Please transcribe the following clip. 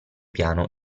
piano